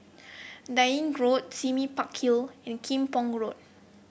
Dalkeith Road Sime Park Hill and Kim Pong Road